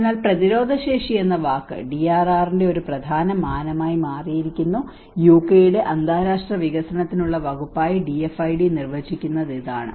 അതിനാൽ പ്രതിരോധശേഷി എന്ന വാക്ക് ഡിആർആറിന്റെ ഒരു പ്രധാന മാനമായി മാറിയിരിക്കുന്നു യുകെയുടെ അന്താരാഷ്ട്ര വികസനത്തിനുള്ള വകുപ്പായി DFID നിർവചിക്കുന്നത് ഇതാണ്